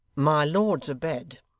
my lord's abed